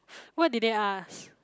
what did they ask